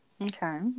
Okay